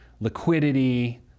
liquidity